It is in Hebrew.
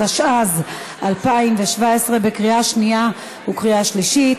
התשע"ז 2017, לקריאה שנייה וקריאה שלישית.